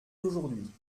aujourd’hui